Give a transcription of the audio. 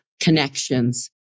Connections